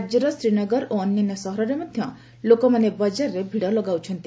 ରାଜ୍ୟର ଶ୍ରୀନଗର ଓ ଅନ୍ୟାନ୍ୟ ସହରରେ ମଧ୍ୟ ଲୋକମାନେ ବଜାରରେ ଭିଡ଼ ଲଗାଇଥିଲେ